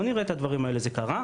בואו נראה את הדברים האלה, זה קרה?